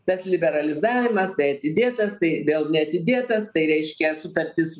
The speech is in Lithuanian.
tas liberalizavimas tai atidėtas tai vėl neatidėtas tai reiškia sutartys